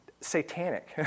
satanic